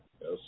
Yes